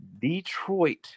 Detroit